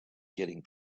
getting